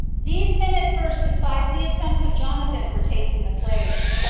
these men at first despised the attempts of jonathan for taking the place,